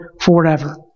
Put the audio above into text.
forever